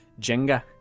Jenga